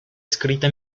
escrita